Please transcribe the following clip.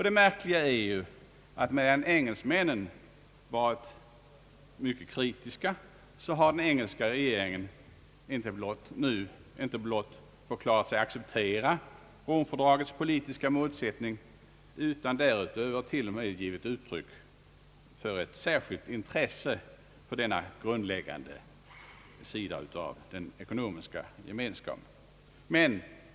Det märkliga är att medan engelsmännen tidigare varit mycket kritiska har den engelska regeringen nu inte blott förklarat sig acceptera Rom-fördragets politiska målsättning, utan därutöver t.o.m. givit uttryck för ett särskilt intresse för denna grundläggande sida av den ekonomiska gemenskapen.